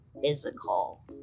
physical